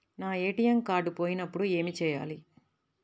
నా ATM card పోయినప్పుడు ఏమి చేయాలి?